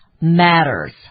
matters